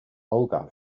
olga